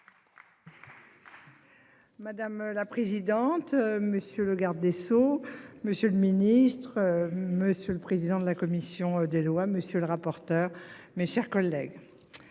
Madame la présidente, monsieur le garde des Sceaux, monsieur le ministre, monsieur le président de la commission des lois. Monsieur le rapporteur. Mes chers collègues.